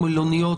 וההיבט